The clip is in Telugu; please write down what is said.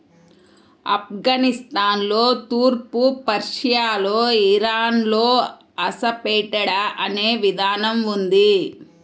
ఆఫ్ఘనిస్తాన్లో, తూర్పు పర్షియాలో, ఇరాన్లో అసఫెటిడా అనే విధానం ఉంది